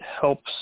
helps